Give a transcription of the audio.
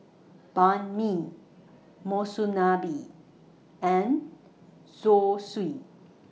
Banh MI Monsunabe and Zosui